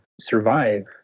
survive